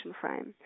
frame